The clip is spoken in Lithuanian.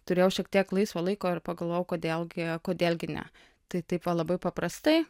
turėjau šiek tiek laisvo laiko ir pagalvojau kodėl gi kodėl gi ne tai taip va labai paprastai